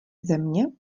země